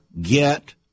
get